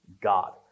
God